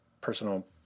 personal